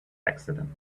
accident